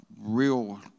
real